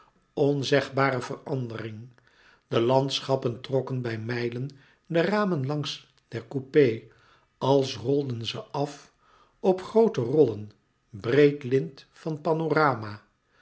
onzegbare verandering de landschappen trokken bij mijlen de ramen langs der coupé als rolden ze af op groote rollen breed lint van panorama